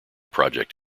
project